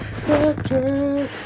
Backtrack